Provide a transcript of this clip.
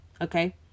Okay